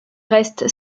restent